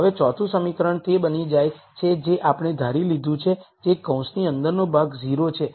હવે ચોથું સમીકરણ તે બની જાય છે જે આપણે ધારી લીધું છે જે કૌંસની અંદરનો ભાગ 0 છે